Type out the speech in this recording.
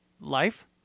life